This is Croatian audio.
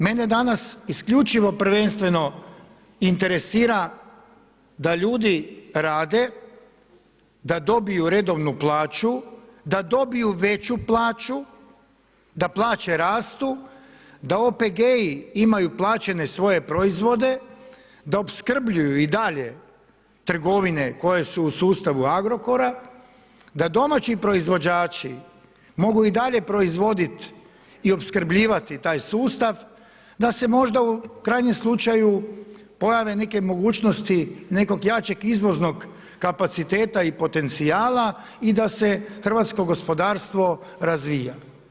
Mene danas isključivo prvenstveno interesira da ljudi rade, da dobiju redovnu plaću, da dobiju veću plaću, da plaće rastu, da OPG-i imaju plaćene svoje proizvode, da opskrbljuju i dalje trgovine koje su u sustavu Agrokora da domaći proizvođači mogu i dalje proizvodit i opskrbljivati taj sustav, da se možda u krajnjem slučaju pojave neke mogućnosti nekog jačeg izvoznog kapaciteta i potencijala i da se hrvatsko gospodarstvo razvija.